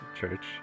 church